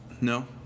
No